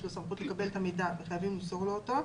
יש לו סמכות לקבל את המידע וחייבים למסור לו אותו,